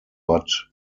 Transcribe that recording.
but